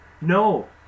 No